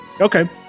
Okay